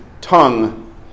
tongue